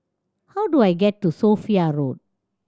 how do I get to Sophia Road